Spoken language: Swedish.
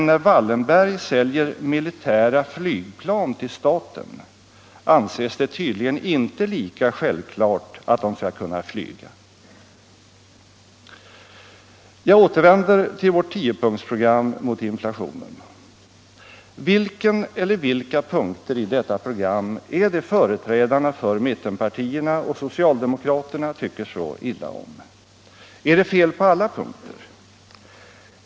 När Wallenberg säljer militära flygplan till staten anses det tydligen inte lika självklart att de skall kunna flyga. Jag återvänder till vårt 10-punktsprogram mot inflationen. Vilken eller vilka punkter i detta program är det företrädarna för mittenpartierna och socialdemokraterna tycker så illa om? Är det fel på alla punkter?